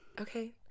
Okay